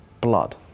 blood